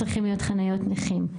צריכים להיות חניות נכים.